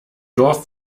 dorf